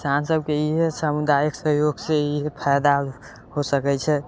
किसान सबके इहे समुदायिक सहयोग से इ फायदा हो सकय छै